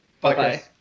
Bye-bye